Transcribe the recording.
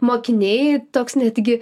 mokiniai toks netgi